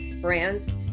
brands